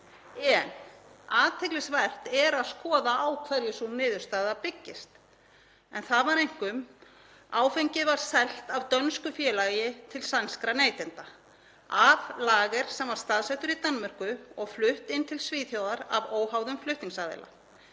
en athyglisvert er að skoða á hverju sú niðurstaða byggist en það var einkum að áfengið væri selt af dönsku félagi til sænskra neytenda af lager sem væri staðsettur í Danmörku og flutt inn til Svíþjóðar af óháðum flutningsaðila,